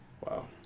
Wow